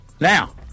Now